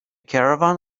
caravan